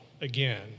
again